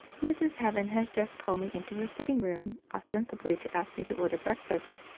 mrs. heaven has just called me into her sitting-room, ostensibly to ask me to order breakfast,